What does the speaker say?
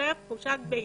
נוצרת תחושת בהילות.